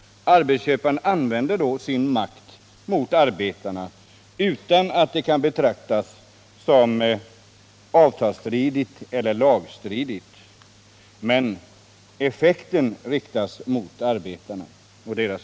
Arbetsköparen använder då sin makt mot arbetarna utan att det kan betraktas som avtalsstridigt eller lagstridigt.